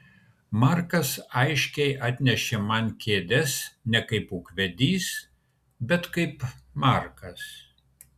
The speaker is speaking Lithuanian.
markas aiškiai atnešė man kėdes ne kaip ūkvedys bet kaip markas